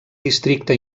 districte